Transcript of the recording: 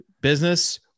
business